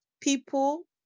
people